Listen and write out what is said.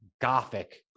gothic